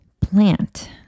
plant